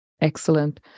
Excellent